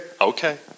Okay